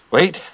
Wait